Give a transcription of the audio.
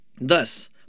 Thus